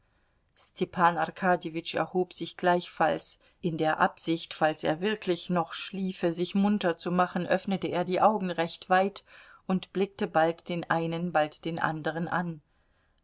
arkadjewitsch erhob sich gleichfalls in der absicht falls er wirklich noch schliefe sich munter zu machen öffnete er die augen recht weit und blickte bald den einen bald den anderen an